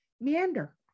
meander